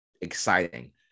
exciting